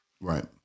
Right